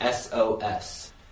SOS